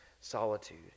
solitude